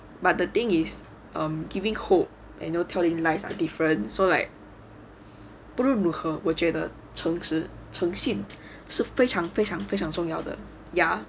but the thing is um giving hope and telling lies are different so like 不论如何我觉得从此诚信是非常非常非常重要的 ya